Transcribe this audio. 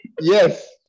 Yes